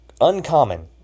uncommon